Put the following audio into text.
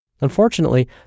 Unfortunately